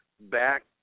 back